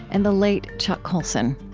and the late chuck colson.